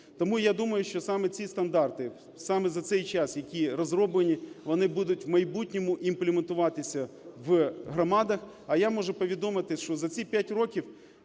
Тому я думаю, що саме ці стандарти, саме за цей час які розроблені, вони будуть в майбутньому імплементуватися в громадах. А я можу повідомити, що за ці 5 років